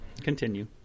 Continue